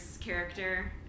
character